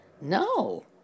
no